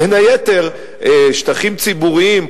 בין היתר שטחים ציבוריים,